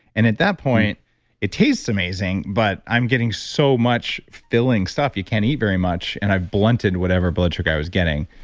and at that point it tastes amazing but i'm getting so much filling stuff you can't eat very much, and i've blunted whatever blood sugar i was getting.